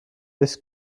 this